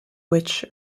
witch